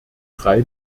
drei